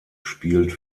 spielt